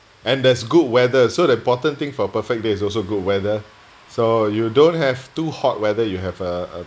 and that's good weather so the important thing for perfect day's also good weather so you don't have too hot weather you have uh uh